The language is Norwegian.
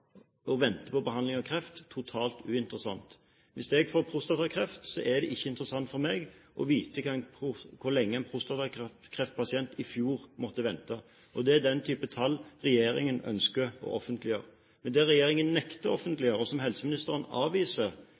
på behandling av kreft, totalt uinteressant. Hvis jeg får prostatakreft, er det ikke interessant for meg å vite hvor lenge en prostatakreftpasient måtte vente i fjor. Det er den type tall regjeringen ønsker å offentliggjøre. Det regjeringen nekter å offentliggjøre, og som helseministeren avviser,